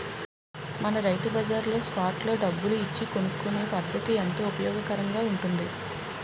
మన రైతు బజార్లో స్పాట్ లో డబ్బులు ఇచ్చి కొనుక్కునే పద్దతి ఎంతో ఉపయోగకరంగా ఉంటుంది